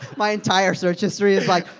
my entire search history is like,